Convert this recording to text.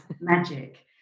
magic